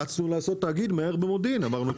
רצנו לעשות מהר תאגיד במודיעין, אמרנו: